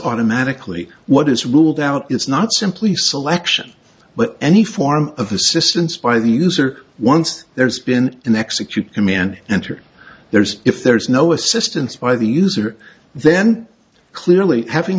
are magically what is ruled out it's not simply selection but any form of assistance by the user once there's been an execute command and her there's if there's no assistance by the user then clearly having